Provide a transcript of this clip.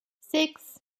six